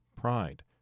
pride